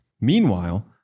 Meanwhile